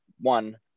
one